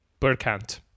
Burkant